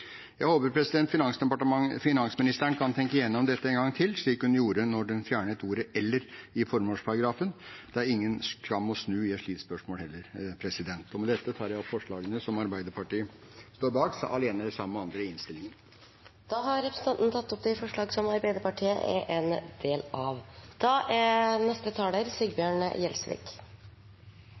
Jeg håper finansministeren kan tenke igjennom dette en gang til, slik hun gjorde da hun fjernet ordet «eller» i formålsparagrafen. Det er ingen skam å snu i et slikt spørsmål heller. Med dette tar jeg opp forslagene som Arbeiderpartiet står bak sammen med andre i innstillingen. Representanten Svein Roald Hansen har tatt opp de forslagene han refererte til. Det er rammeverket rundt en